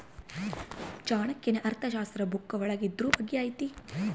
ಚಾಣಕ್ಯನ ಅರ್ಥಶಾಸ್ತ್ರ ಬುಕ್ಕ ಒಳಗ ಇದ್ರೂ ಬಗ್ಗೆ ಐತಿ